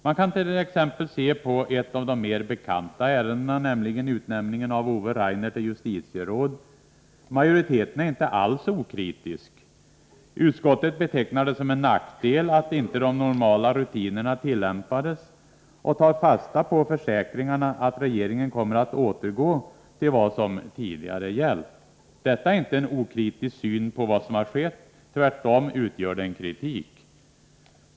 Man kan t.ex. se på ett av de mer bekanta ärendena, nämligen utnämningen av Ove Rainer till justitieråd. Majoriteten är inte alls okritisk. Utskottet betecknar det som en nackdel att inte de normala rutinerna tillämpades och tar fasta på försäkringarna att regeringen kommer att återgå till vad som tidigare gällt. Detta är inte en okritisk syn på vad som skett, utan tvärtom utgör det en kritik.